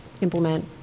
implement